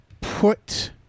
put